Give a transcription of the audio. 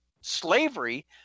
slavery